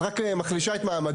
את רק מחלישה את מעמדנו.